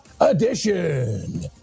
edition